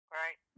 right